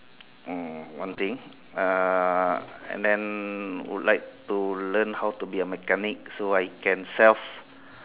mm one thing uh and then would like to learn how to be a mechanic so I can self